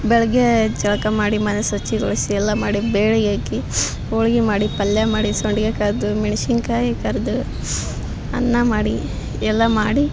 ಬೆಳಗ್ಗೆ ಜಳಕ ಮಾಡಿ ಮನೆ ಶುಚಿಗೊಳ್ಸಿ ಎಲ್ಲ ಮಾಡಿ ಬೇಳ್ಗೆ ಹಾಕಿ ಹೋಳ್ಗೆ ಮಾಡಿ ಪಲ್ಯ ಮಾಡಿ ಸಂಡ್ಗೆ ಕರಿದು ಮೆಣ್ಸಿನ್ಕಾಯಿ ಕರಿದು ಅನ್ನ ಮಾಡಿ ಎಲ್ಲ ಮಾಡಿ